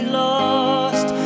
lost